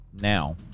Now